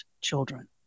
children